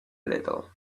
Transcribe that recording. little